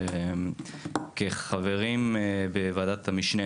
כחברים בוועדת המשנה